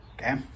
okay